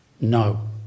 No